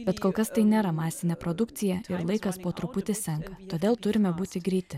bet kol kas tai nėra masinė produkcija tikrai laikas po truputį senka todėl turime būti greiti